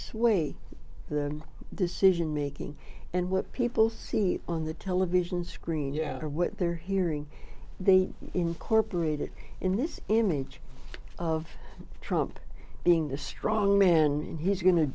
sway the decision making and what people see on the television screen or what they're hearing they incorporated in this image of trump being the strong man and he's going to